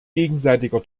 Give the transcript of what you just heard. gegenseitiger